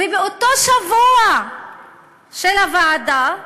ובאותו שבוע של הוועדה,